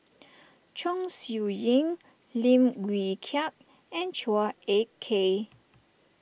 Chong Siew Ying Lim Wee Kiak and Chua Ek Kay